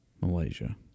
Malaysia